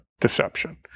deception